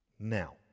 Now